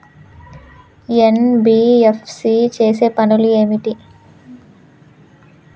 NBFC చేసే పనులు ఏమిటి?